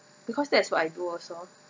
because that's what I do also